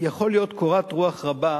שיכולה להיות קורת רוח רבה.